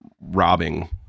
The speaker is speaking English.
robbing